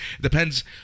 depends